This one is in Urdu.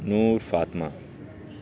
نور فاطمہ